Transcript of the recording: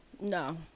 no